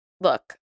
look